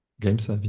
games